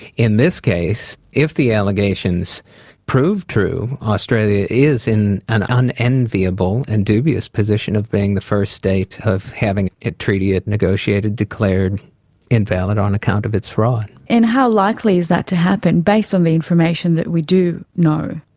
in this case, if the allegations prove true, australia is in an unenviable and dubious position of being the first state of having a treaty it negotiated declared invalid on account of its fraud. and how likely is that to happen, based on the information that we do know?